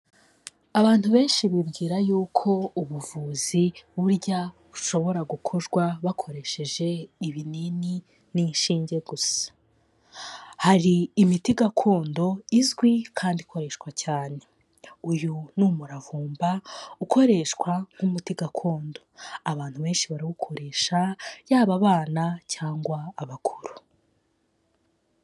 Abantu benshi bibwira yuko ubuvuzi burya bushobora gukorwa bakoresheje ibinini n'inshinge gusa, hari imiti gakondo izwi kandi ikoreshwa cyane, uyu ni umuravumba, ukoreshwa nk'umuti gakondo, abantu benshi barawukoresha yaba abana, cyangwa abakuru.